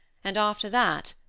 and after that,